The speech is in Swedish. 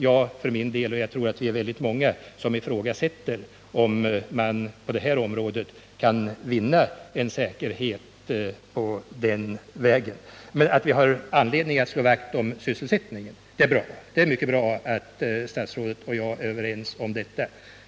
Jag tror att vi är många som ifrågasätter om man på detta område kan vinna säkerhet på den vägen. Men vi har anledning att slå vakt om sysselsättningen, och det är bra att statsrådet och jag är överens om detta.